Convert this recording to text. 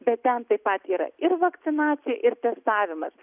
bet ten taip pat yra ir vakcinacija ir testavimas